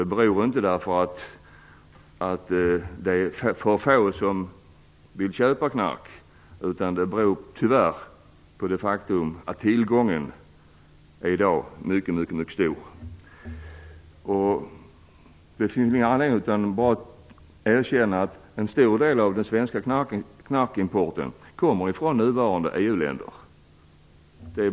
Det beror inte på att det är för få som vill köpa knark, utan det beror tyvärr på att tillgången i dag är mycket stor. Det är bara att erkänna att en stor del av den svenska knarkimporten kommer från nuvarande EU-länder.